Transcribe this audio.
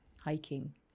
hiking